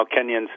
Kenyans